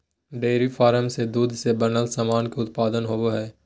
dairy farm से दूध से बनल सामान के उत्पादन होवो हय